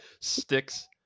Sticks